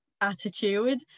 attitude